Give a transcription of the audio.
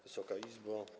Wysoka Izbo!